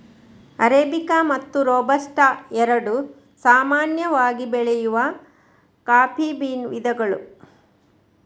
arabica ಮತ್ತು robusta ಎರಡು ಸಾಮಾನ್ಯವಾಗಿ ಬೆಳೆಯುವ ಕಾಫಿ ಬೀನ್ ವಿಧಗಳು